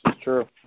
true